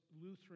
Lutheran